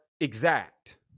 exact